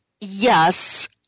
yes